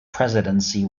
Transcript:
presidency